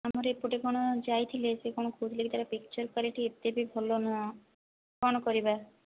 ଆମର ଏପଟେ କ'ଣ ଯାଇଥିଲେ ସେ କ'ଣ କହୁଥିଲେ କି ତାର ପିକଚର କ୍ୱାଲିଟି ଏତେ ବି ଭଲ ନୁହଁ କ'ଣ କରିବା